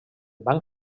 banc